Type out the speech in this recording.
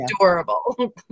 adorable